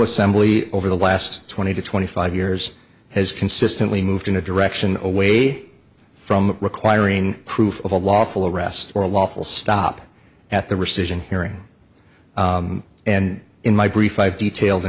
assembly over the last twenty to twenty five years has consistently moved in a direction away from requiring proof of a lawful arrest or a lawful stop at the rescission hearing and in my brief i've detailed a